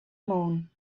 moon